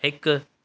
हिकु